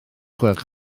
gwelwch